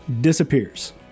disappears